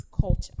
culture